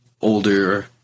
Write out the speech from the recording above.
older